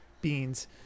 beans